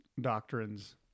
doctrines